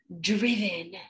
driven